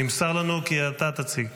נמסר לנו כי אתה תציג.